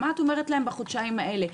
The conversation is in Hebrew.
מה את אומרת להן בחודשיים האלה?